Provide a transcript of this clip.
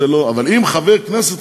אבל אם חבר כנסת,